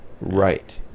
right